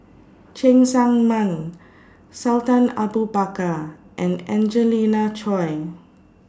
Cheng Tsang Man Sultan Abu Bakar and Angelina Choy